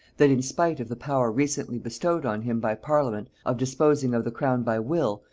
that in spite of the power recently bestowed on him by parliament of disposing of the crown by will,